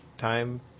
time